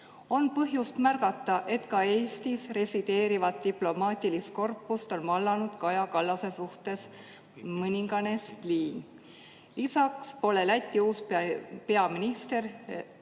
On põhjust märgata, et ka Eestis resideerivat diplomaatilist korpust on vallanud Kaja Kallase suhtes mõningane spliin. Lisaks pole Läti uus peaminister